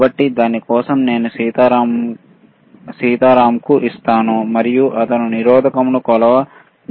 కాబట్టి దాని కోసం నేను సీతారామ్కు ఇస్తాను మరియు అతను నిరోధకంను కొలుస్తాడు